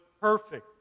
perfect